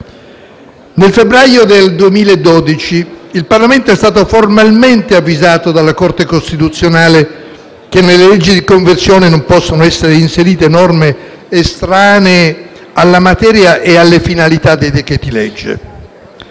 Nel febbraio del 2012 il Parlamento è stato formalmente avvisato dalla Corte costituzionale che nelle leggi di conversione non possono essere inserite norme estranee alla materia e alle finalità dei decreti-legge,